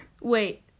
Wait